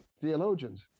theologians